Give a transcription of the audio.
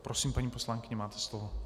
Prosím, paní poslankyně, máte slovo.